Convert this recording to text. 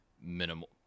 minimal